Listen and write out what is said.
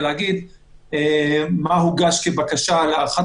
(א) (1)בדיון לפי סעיף 240(א) לחוק המעצרים שלא ניתן לקיימו,